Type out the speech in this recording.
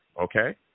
okay